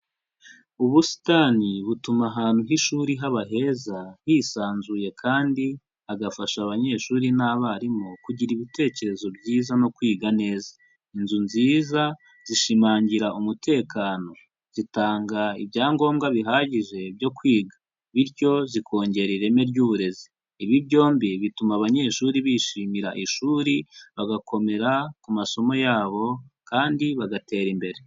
Ubusitani butuma ahantu h'ishuri haba heza hisanzuye kandi hagafasha abanyeshuri n'abarimu kugira ibitekerezo byiza no kwiga neza, inzu nziza zishimangira umutekano zitanga ibyangombwa bihagije byo kwiga, bityo zikongera ireme ry'uburezi. Ibi byombi bituma abanyeshuri bishimira ishuri bagakomera ku masomo yabo kandi bagatera imbere.